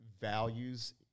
values